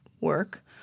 work